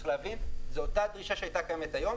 צריך להבין, זו אותה דרישה שהייתה קיימת היום.